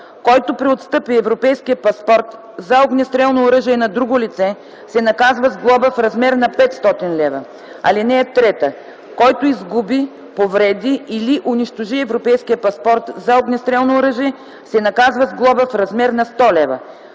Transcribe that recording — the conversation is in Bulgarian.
Който преотстъпи Европейския паспорт за огнестрелно оръжие на друго лице, се наказва с глоба в размер на 500 лв. (3) Който изгуби, повреди или унищожи Европейския паспорт за огнестрелно оръжие, се наказва с глоба в размер на 100 лв.